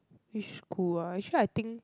which school ah actually I think